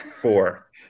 Four